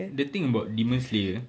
the thing about demon slayer